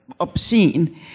obscene